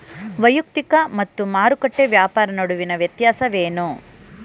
ವೈಯಕ್ತಿಕ ಮತ್ತು ಮಾರುಕಟ್ಟೆ ವ್ಯಾಪಾರ ನಡುವಿನ ವ್ಯತ್ಯಾಸವೇನು?